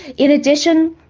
in addition,